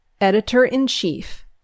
Editor-in-Chief